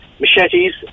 machetes